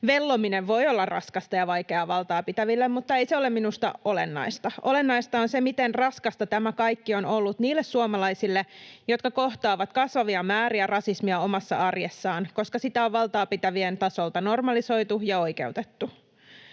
vellominen voi olla raskasta ja vaikeaa valtaa pitäville, mutta ei se ole minusta olennaista. Olennaista on se, miten raskasta tämä kaikki on ollut niille suomalaisille, jotka kohtaavat kasvavia määriä rasismia omassa arjessaan, koska sitä on valtaa pitävien tasolta normalisoitu ja oikeutettu.